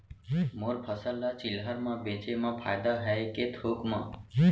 मोर फसल ल चिल्हर में बेचे म फायदा है के थोक म?